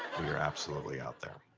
we are absolutely out there.